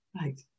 Right